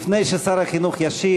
לפני ששר החינוך ישיב,